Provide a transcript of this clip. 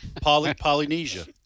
Polynesia